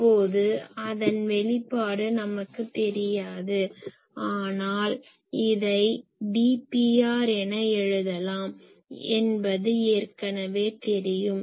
இப்போது அதன் வெளிப்பாடு நமக்குத் தெரியாது ஆனால் இதை dPr என எழுதலாம் என்பது ஏற்கனவே தெரியும்